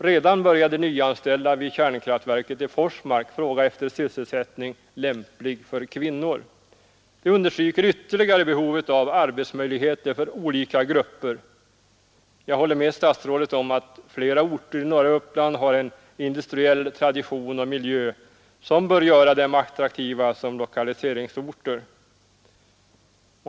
Redan börjar de nyanställda vid kärnkraftverket i Forsmark fråga efter sysselsättning lämplig för kvinnor. Detta understryker ytterligare behovet av arbetsmöjligheter för olika grupper. Jag håller med statsrådet om att flera orter i norra Uppland har en industriell tradition och miljö som bör göra dem attraktiva som lokaliseringsorter.